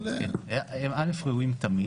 ראשית, הם ראויים תמיד.